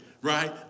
right